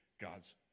god's